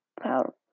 power